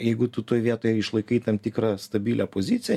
jeigu tu toj vietoje išlaikai tam tikrą stabilią poziciją